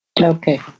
Okay